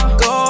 go